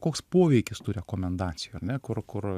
koks poveikis tų rekomendacijų ar ne kur kur